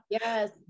Yes